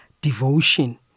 devotion